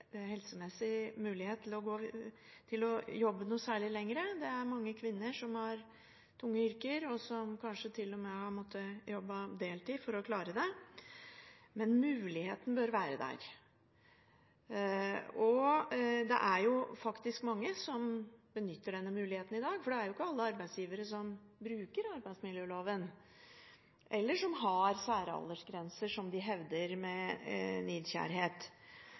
helsemessig mulighet til å jobbe særlig lenger. Det er mange kvinner som har tunge yrker, og som kanskje til og med har måttet jobbe deltid for å klare det. Men muligheten bør være der. Det er jo faktisk mange som benytter denne muligheten i dag, for det er ikke alle arbeidsgivere som bruker arbeidsmiljøloven, eller som har særaldersgrenser som de hevder med nidkjærhet.